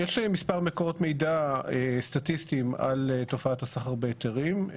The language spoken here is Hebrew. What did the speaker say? יש מספר מקורות מידע סטטיסטיים על תופעת הסחר בהיתרים.